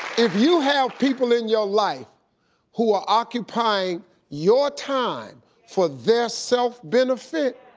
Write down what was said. if you have people in your life who are occupying your time for their self-benefit,